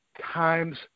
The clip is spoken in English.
times